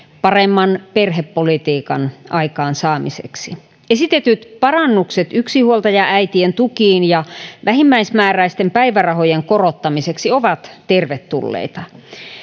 paremman perhepolitiikan aikaansaamiseksi esitetyt parannukset yksinhuoltajaäitien tukiin ja vähimmäismääräisten päivärahojen korottamiseksi ovat tervetulleita